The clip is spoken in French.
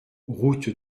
route